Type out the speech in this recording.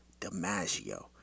DiMaggio